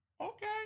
Okay